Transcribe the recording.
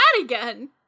again